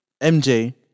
MJ